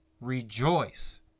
rejoice